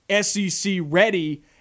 SEC-ready